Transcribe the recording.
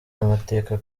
amateka